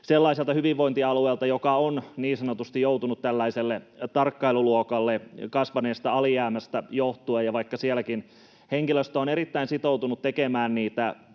sellaiselta hyvinvointialueelta, joka on niin sanotusti joutunut tällaiselle tarkkailuluokalle kasvaneesta alijäämästä johtuen. Vaikka sielläkin henkilöstö on erittäin sitoutunut tekemään niitä